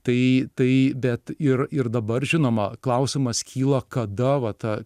tai tai bet ir ir dabar žinoma klausimas kyla kada va ta